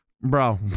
bro